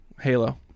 Halo